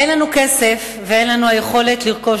אין לנו כסף ואין לנו היכולת לרכוש